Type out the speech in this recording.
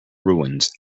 ruins